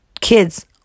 kids